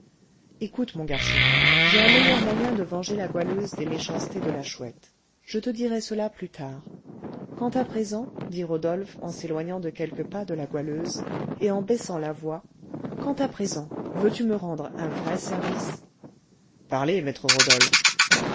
écoute mon garçon j'ai un meilleur moyen de venger la goualeuse des méchancetés de la chouette je te dirai cela plus tard quant à présent dit rodolphe en s'éloignant de quelques pas de la goualeuse et en baissant la voix quant à présent veux-tu me rendre un vrai service parlez maître rodolphe